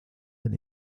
del